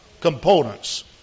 components